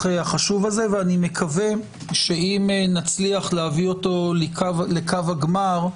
החשוב הזה ומקווה שאם נצליח להביאו לקו הגמר,